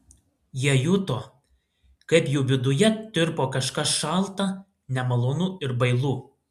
jie juto kaip jų viduje tirpo kažkas šalta nemalonu ir bailu